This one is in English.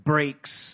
Breaks